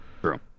true